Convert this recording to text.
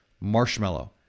marshmallow